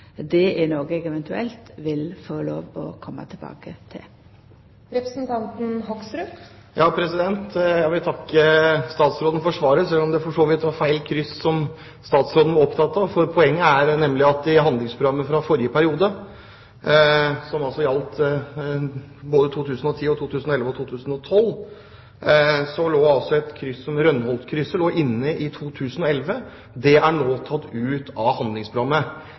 Det er noko eg eventuelt vil få lov til å koma tilbake til. Jeg vil takke statsråden for svaret, selv om det for så vidt var feil kryss statsråden var opptatt av. For poenget er nemlig at i handlingsprogrammet for forrige periode, som også gjaldt 2010, 2011 og 2012, så lå Rønholtkrysset inne i 2011. Det er nå tatt ut av